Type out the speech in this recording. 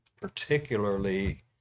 particularly